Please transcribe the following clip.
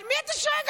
על מי אתה שואג?